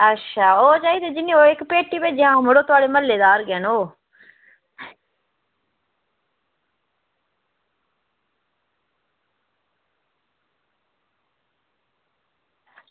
अच्छा ओह् चाहिदे जियां ओह् इक पेटी भेजे हां मड़ो थुआढ़े म्हल्लेदार गै न ओह्